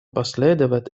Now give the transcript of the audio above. последовать